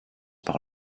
par